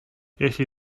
jeśli